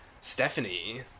Stephanie